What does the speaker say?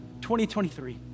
2023